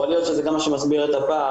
יכול להיות שזה גם מה שמסביר את הפער